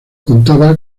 contaba